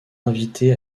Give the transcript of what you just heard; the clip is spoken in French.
invité